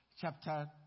chapter